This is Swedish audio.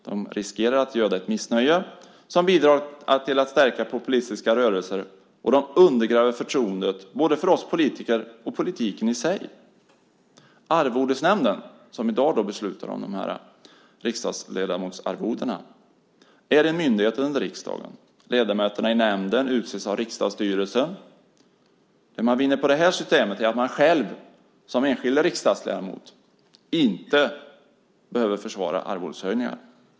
De riskerar att göda ett missnöje som bidrar till att stärka populistiska rörelser, och de undergräver förtroendet för både oss politiker och politiken i sig. Arvodesnämnden, som i dag beslutar om riksdagsledamotsarvodena, är en myndighet under riksdagen. Ledamöterna i nämnden utses av riksdagsstyrelsen. Det man vinner på det här systemet är att man själv som enskild riksdagsledamot inte behöver försvara arvodeshöjningarna.